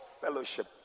fellowship